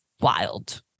wild